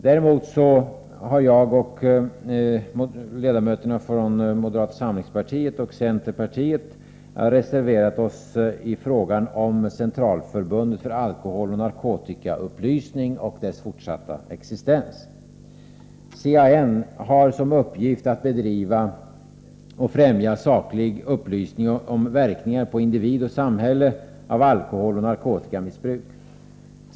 Däremot har jag och ledamöterna från moderata samlingspartiet och centerpartiet reserverat oss i frågan om Centralförbundet för alkoholoch narkotikaupplysning och dess fortsatta existens. CAN har som uppgift att bedriva och främja saklig upplysning om verkningar på individ och samhälle av alkoholoch narkotikamissbruk.